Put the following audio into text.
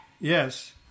Yes